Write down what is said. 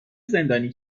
زندانی